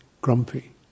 grumpy